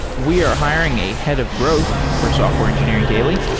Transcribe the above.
we are hiring a head of growth for software engineering daily.